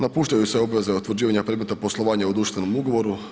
Napuštaju se obveze utvrđivanja predmeta poslovanja u društvenom ugovoru.